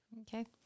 Okay